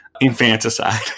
infanticide